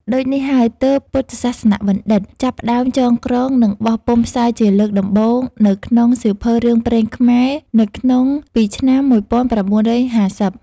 ដូចនេះហើយទើប ពុទ្ធសាសនបណ្ឌិត្យ ចាប់ផ្តើមចងក្រង និងបោះពុម្ពផ្សាយជាលើកដំបូងនៅក្នុង សៀវភៅរឿងព្រេងខ្មែរ នៅក្នុងពី ឆ្នាំ១៩៥០។